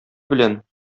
белән